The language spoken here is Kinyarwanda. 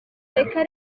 leta